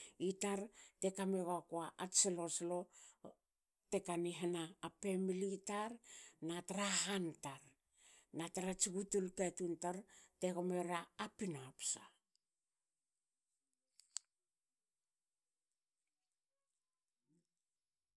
Itar te kame guaku ats slo slo tekani hana pemili tar na tra han tar. na trats butul katun tar te gomera pinaposa